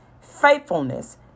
faithfulness